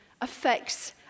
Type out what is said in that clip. affects